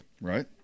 Right